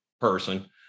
person